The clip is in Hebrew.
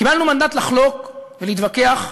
קיבלנו מנדט לחלוק ולהתווכח,